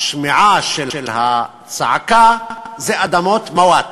לשמיעה של הצעקה זה אדמות "מוואת".